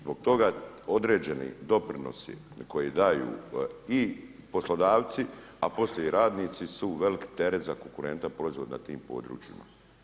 Zbog toga određeni doprinosi koje daju i poslodavci, a poslije i radnici su velik teret za konkurentan proizvod na tim područjima.